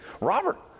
Robert